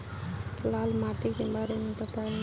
लाल माटी के बारे में बताई